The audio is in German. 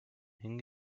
hin